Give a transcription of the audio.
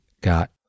got